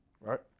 Right